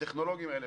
הטכנולוגים האלה,